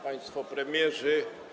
Państwo Premierzy!